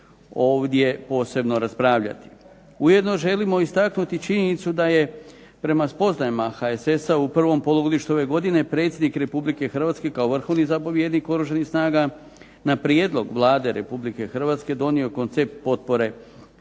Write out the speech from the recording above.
ovdje posebno raspravljati. Ujedno želimo istaknuti činjenicu da je prema spoznajama HSS-a u prvom polugodištu ove godine, predsjednik Republike Hrvatske kao vrhovni zapovjednik Oružanih snaga na prijedlog Vlade Republike Hrvatske donio koncept potpore Republike